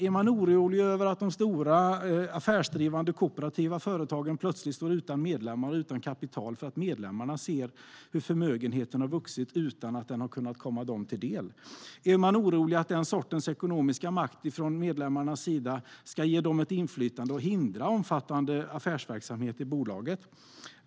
Är man orolig för att de stora, affärsdrivande kooperativa företagen plötsligt står utan medlemmar och utan kapital därför att medlemmarna ser hur förmögenheten har vuxit utan att den har kunnat komma dem till del? Är man orolig för att den sortens ekonomiska makt från medlemmarnas sida ska ge dem ett inflytande och hindra omfattande affärsverksamhet i bolaget?